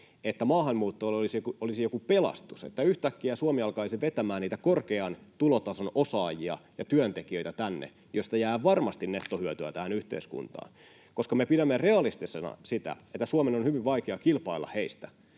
että maahanmuutto olisi joku pelastus, että yhtäkkiä Suomi alkaisi vetämään tänne niitä korkean tulotason osaajia ja työntekijöitä, joista jää varmasti nettohyötyä tähän yhteiskuntaan, koska me pidämme realistisena sitä, että Suomen on hyvin vaikea kilpailla heistä,